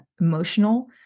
emotional